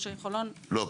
ראש העיר חולון אמר -- לא,